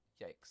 yikes